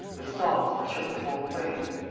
with sobs that shook her whole frame.